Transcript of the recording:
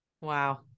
Wow